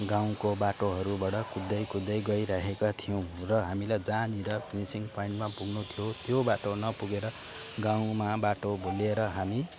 गाउँको बाटोहरूबाट कुद्दै कुद्दै गइरहेका थियौँ र हामीलाई जहाँनिर फिनिसिङ पोइन्टमा पुग्नु थियो त्यो बाटो नपुगेर गाउँमा बाटो भुलेर हामी